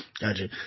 Gotcha